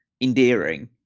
endearing